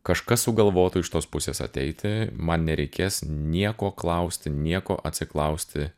kažkas sugalvotų iš tos pusės ateiti man nereikės nieko klausti nieko atsiklausti